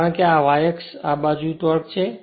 કારણ કે આ y અક્ષ આ બાજુ ટોર્ક છે